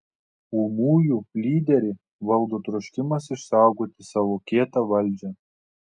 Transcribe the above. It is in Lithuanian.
ūmųjų lyderį valdo troškimas išsaugoti savo kietą valdžią